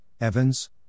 Evans